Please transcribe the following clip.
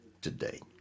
today